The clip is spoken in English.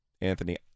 Anthony